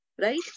right